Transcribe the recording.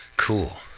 Cool